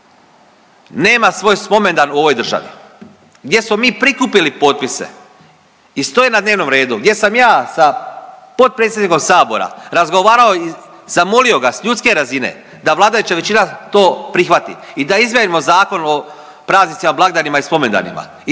nema svoj spomen dan u ovoj državi, gdje smo mi prikupili potpise i stoje na dnevnom redu, gdje sam ja sa potpredsjednikom Sabora razgovarao i zamolio ga sa ljudske razine da vladajuća većina to prihvati i da izmijenimo Zakon o praznicima, blagdanima i spomendanima